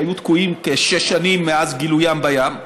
שהיו תקועים כשש שנים מאז גילוים בים,